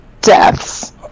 deaths